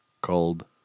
called